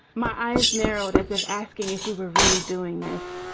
my eyes narrowed as if asking if we were really doing this.